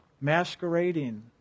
masquerading